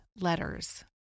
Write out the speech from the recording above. letters